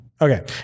Okay